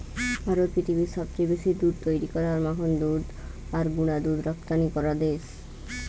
ভারত পৃথিবীর সবচেয়ে বেশি দুধ তৈরী করা আর মাখন দুধ আর গুঁড়া দুধ রপ্তানি করা দেশ